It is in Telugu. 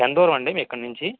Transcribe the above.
ఎంత దూరం అండి మీకు ఇక్కడి నుంచి